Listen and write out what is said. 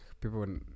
people